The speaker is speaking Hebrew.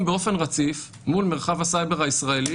באופן רציף מול מרחב הסייבר הישראלי,